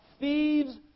thieves